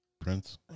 Prince